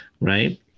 Right